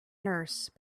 nurse